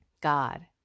God